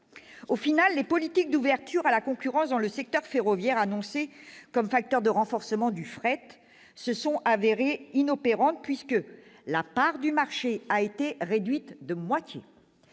Au final, les politiques d'ouverture à la concurrence dans le secteur ferroviaire, annoncées comme facteur de renforcement du fret, se sont avérées inopérantes, la part de marché ayant été réduite de moitié.